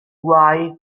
guai